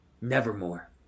Nevermore